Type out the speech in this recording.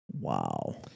Wow